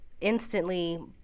instantly